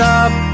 up